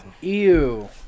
ew